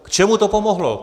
K čemu to pomohlo?